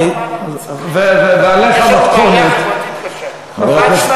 הרי, ועל איך המתכונת, יש לנו